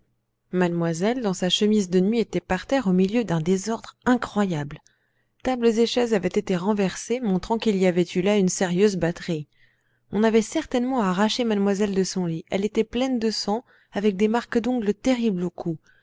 mademoiselle dans sa chemise de nuit était par terre au milieu d'un désordre incroyable tables et chaises avaient été renversées montrant qu'il y avait eu là une sérieuse batterie on avait certainement arraché mademoiselle de son lit elle était pleine de sang avec des marques d'ongles terribles au cou